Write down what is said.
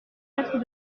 être